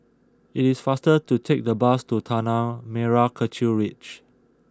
it is faster to take the bus to Tanah Merah Kechil Ridge